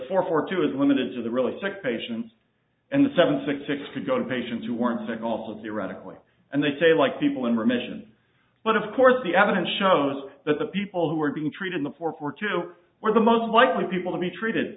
four for two is limited to the really sick patients and the seven six six could go to patients who weren't sick all of the erratic way and they say like people in remission but of course the evidence shows that the people who are being treated before for two were the most likely people to be treated